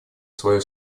свою